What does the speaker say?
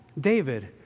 David